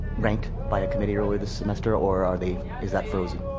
ranked by a committee earlier this semester or are they is that frozen?